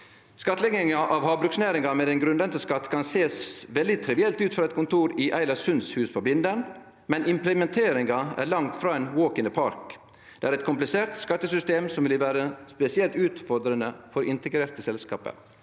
«Skattlegging av havbruksnæringen med en grunnrenteskatt kan sees veldig trivielt ut fra et kontor i Eilert Sundts Hus på Blindern, men implementeringen er langt fra en walk in the park. Det er et komplisert skattesystem som vil være spesielt utfordrende for integrerte selskaper.»